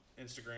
Instagram